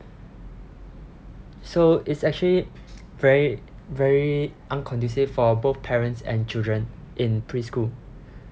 so it's actually very very un-conducive for both parents and children in preschool